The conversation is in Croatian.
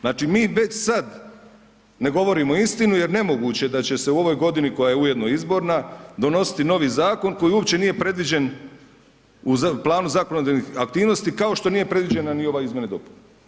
Znači mi već sad ne govorimo istinu jer nemoguće da će se u ovoj godini koja je ujedno izborna, donositi novi zakon koji uopće nije predviđen u planu zakonodavnih aktivnosti kao što nije predviđena ni ova izmjena i dopuna.